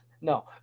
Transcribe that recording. No